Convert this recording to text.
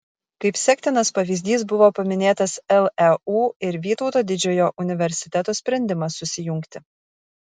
kaip sektinas pavyzdys buvo paminėtas leu ir vytauto didžiojo universiteto sprendimas susijungti